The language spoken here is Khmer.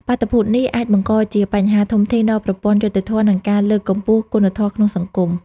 បាតុភូតនេះបានបង្កជាបញ្ហាធំធេងដល់ប្រព័ន្ធយុត្តិធម៌ និងការលើកកម្ពស់គុណធម៌ក្នុងសង្គម។